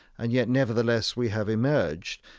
and yet, nevertheless, we have emerged,